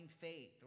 faith